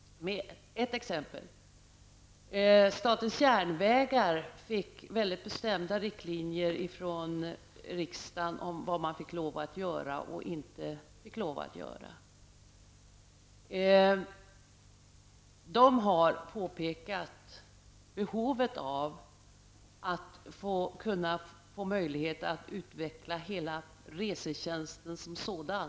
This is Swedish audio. Ett exempel är att statens järnvägar fick mycket bestämda riktlinjer ifrån riksdagen om vad man fick lov att göra och inte göra. De har påpekat behovet av att kunna få möjligheter att utveckla hela resetjänsten som sådan.